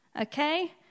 Okay